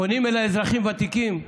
פונים אליי אזרחים ותיקים,